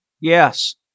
Yes